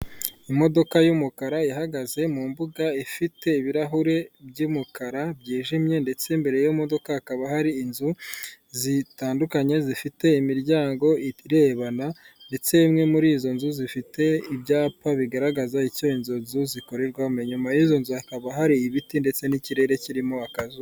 Imodoka y'umukara ihagaze mu mbuga ifite ibirahure by'umukara byijimye ndetse imbere y'imodoka hakaba hari inzu zitandukanye zifite imiryango irebana ndetse imwe muri izo nzu zifite ibyapa bigaragaza icyo izo nzu zikorerwamo, inyuma y'izozu hakaba hari ibiti ndetse n'ikirere kirimo akazuba.